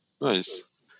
Nice